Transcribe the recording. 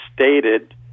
stated